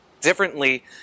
differently